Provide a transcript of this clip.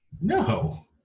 No